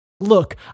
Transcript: Look